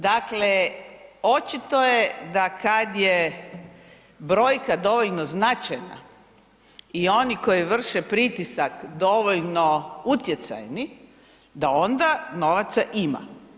Dakle, očito je da kad je brojka dovoljno značajna i oni koji vrše pritisak dovoljno utjecajni, da onda novaca ima.